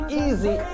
easy